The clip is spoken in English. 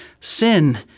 sin